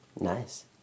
Nice